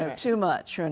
too much for and